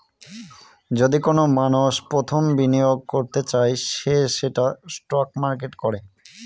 যদি কোনো মানষ প্রথম বিনিয়োগ করতে চায় সে সেটা স্টক মার্কেটে করে